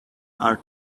are